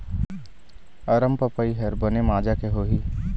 अरमपपई हर बने माजा के होही?